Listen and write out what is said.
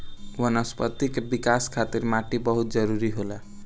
वनस्पति के विकाश खातिर माटी बहुत जरुरी होला